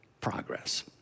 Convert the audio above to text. progress